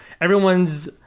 everyone's